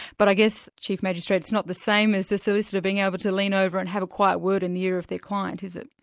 but i guess, chief magistrate, it's not the same as the solicitor being able to lean over and have a quiet word in the ear of the client, is it?